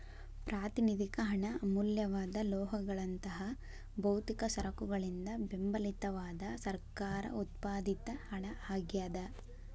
ಪ್ರಾತಿನಿಧಿಕ ಹಣ ಅಮೂಲ್ಯವಾದ ಲೋಹಗಳಂತಹ ಭೌತಿಕ ಸರಕುಗಳಿಂದ ಬೆಂಬಲಿತವಾದ ಸರ್ಕಾರ ಉತ್ಪಾದಿತ ಹಣ ಆಗ್ಯಾದ